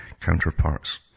counterparts